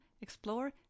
explore